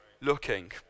looking